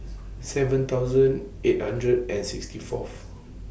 seven thousand eight hundred and sixty Fourth